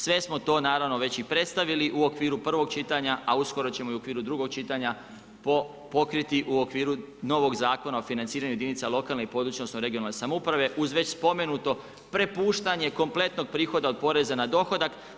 Sve smo to naravno već i predstavili u okviru prvog čitanja, a uskoro ćemo i u okviru drugog čitanja pokriti u okviru novog Zakona o financiranju jedinica lokalne i područne odnosno regionalne samouprave uz već spomenuto prepuštanje kompletnog prihoda od poreza na dohodak.